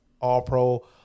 all-pro